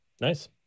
Nice